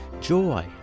Joy